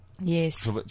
Yes